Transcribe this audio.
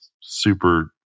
super